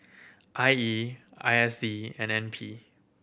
I E I S D and N P